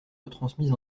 retransmise